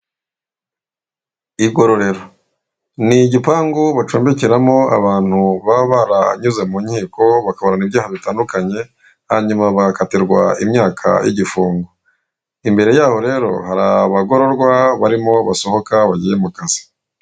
Igororero, ni igipangu bacumbikiramo abantu baba baranyuze mu nkiko bakaburana ibyaha bitandukanye hanyuma bagakatirwa imyaka igifungo, imbere yaho rero hari abagororwa barimo basohoka bagiye mu kazi.